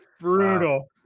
Brutal